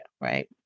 right